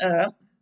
up